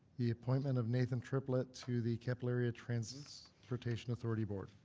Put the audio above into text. the appointment of nathan triplet to the capillary transportation transportation authority board.